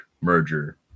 merger